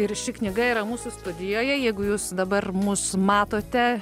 ir ši knyga yra mūsų studijoje jeigu jūs dabar mus matote